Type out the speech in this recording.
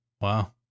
wow